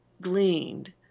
gleaned